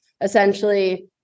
essentially